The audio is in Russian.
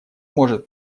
может